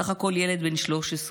בסך הכול ילד בן 13,